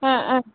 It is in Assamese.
ওম ওম